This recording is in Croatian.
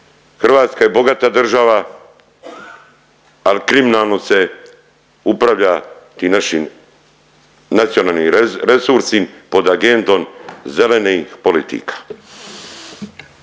Hrvatska je bogata država ali kriminalno se upravlja tim našim nacionalnim resursima pod agendom zelenih politika.